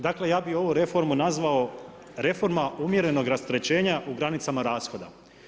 Dakle ja bih ovu reformu nazvao reforma umjerenog rasterećenja u granicama rashoda.